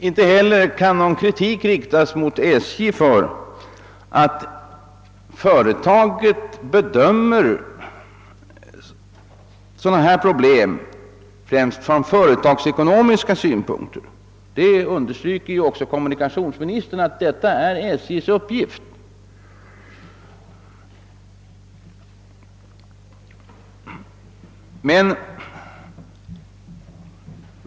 Inte heller kan SJ kritiseras därför att företaget bedömer sådana här problem främst från företagsekonomiska synpunkter, och kommumunikationsministern understryker ju också att detta är SJ:s uppgift.